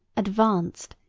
advanced,